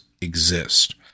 exist